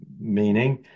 meaning